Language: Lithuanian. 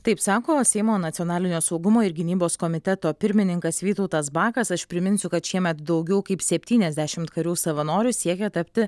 taip sako seimo nacionalinio saugumo ir gynybos komiteto pirmininkas vytautas bakas aš priminsiu kad šiemet daugiau kaip septyniasdešimt karių savanorių siekia tapti